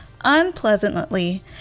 Unpleasantly